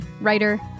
writer